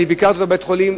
אני ביקרתי אותו בבית-חולים.